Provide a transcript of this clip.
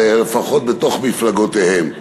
לפחות בתוך מפלגותיהם.